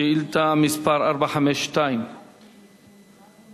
שאילתא מס' 452.